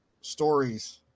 Stories